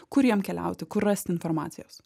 kur jam keliauti kur rasti informacijos